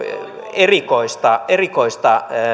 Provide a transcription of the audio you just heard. erikoista erikoista